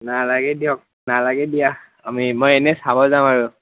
নালাগে দিয়ক নালাগে দিয়া আমি মই এনেই চাব যাম আৰু